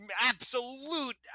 absolute